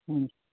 ہوں